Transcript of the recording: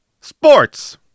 sports